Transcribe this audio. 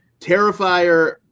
Terrifier